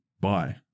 Bye